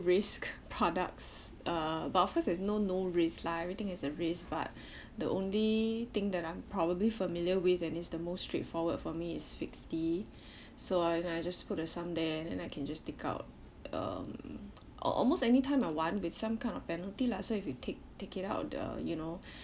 risk products uh but of course is no no risk lah everything has a risk but the only thing that I'm probably familiar with and it's the most straightforward for me is fixed D so I then I just put a sum there and then I can just take out um or almost anytime I want with some kind of penalty lah so if you take take it out the you know